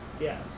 Yes